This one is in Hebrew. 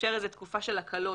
איפשר תקופה של הקלות.